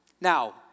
Now